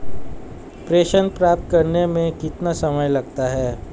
प्रेषण प्राप्त करने में कितना समय लगता है?